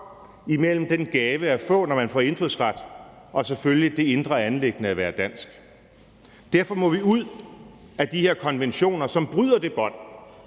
mellem den gave at få, når man får indfødsret, og selvfølgelig det indre anliggende at være dansk. Derfor må vi ud af de her konventioner, som bryder det bånd,